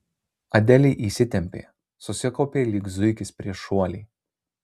adelė įsitempė susikaupė lyg zuikis prieš šuolį